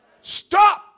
Stop